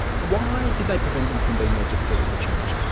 why did they prevent them from being registered as a church?